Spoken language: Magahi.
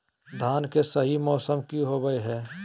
धान के सही मौसम की होवय हैय?